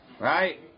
Right